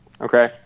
Okay